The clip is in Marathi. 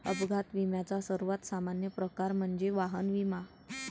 अपघात विम्याचा सर्वात सामान्य प्रकार म्हणजे वाहन विमा